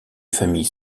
famille